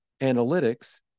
analytics